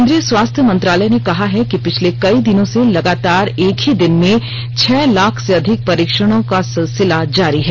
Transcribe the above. केंद्रीय स्वास्थ्य मंत्रालय ने कहा है कि पिछले कई दिनों से लगातार एक ही दिन में छह लाख से अधिक परीक्षणों का सिलसिला जारी है